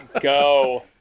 go